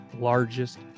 largest